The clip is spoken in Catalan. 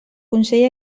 consell